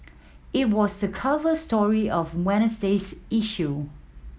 it was the cover story of Wednesday's issue